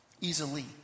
Easily